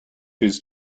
his